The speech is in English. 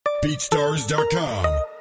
BeatStars.com